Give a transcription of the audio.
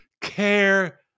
care